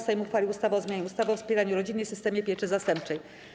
Sejm uchwalił ustawę o zmianie ustawy o wspieraniu rodziny i systemie pieczy zastępczej.